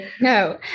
No